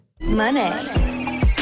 Money